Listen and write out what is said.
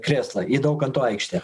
krėslą į daukanto aikštę